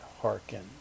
hearken